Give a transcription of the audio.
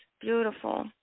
beautiful